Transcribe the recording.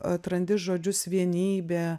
atrandi žodžius vienybė